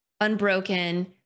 unbroken